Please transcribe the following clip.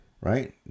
right